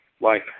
life